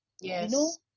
Yes